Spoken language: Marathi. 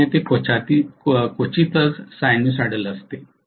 आशेने ते क्वचितच सायनुसायडल असते